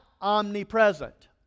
omnipresent